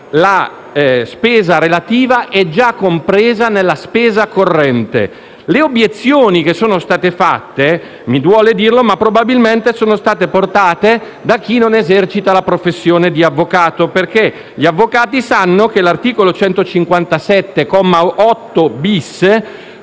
la spesa relativa è già compresa nella spesa corrente. Le obiezioni che sono state fatte, mi duole dirlo ma probabilmente sono state portate da chi non esercita la professione di avvocato perché gli avvocati sanno che l'articolo 157, comma